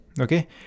Okay